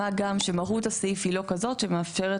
מה גם שמהות הסעיף היא לא כזאת שמאפשרת